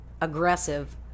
aggressive